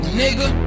nigga